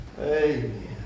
Amen